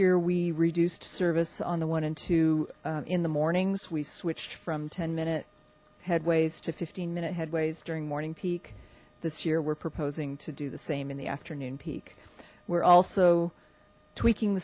year we reduced service on the one in two in the mornings we switched from ten minute headways to fifteen minute headways during morning peak this year we're proposing to do the same in the afternoon peak we're also tweaking the